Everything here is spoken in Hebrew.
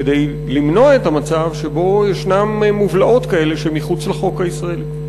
כדי למנוע את המצב שבו יש מובלעות כאלה שמחוץ לחוק הישראלי?